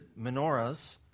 menorahs